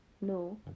No